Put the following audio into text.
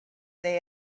they